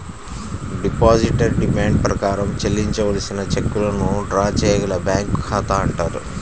depositor demand ప్రకారం చెల్లించవలసిన చెక్కులను డ్రా చేయగల బ్యాంకు ఖాతా అంటారు